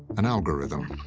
an algorithm.